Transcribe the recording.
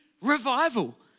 revival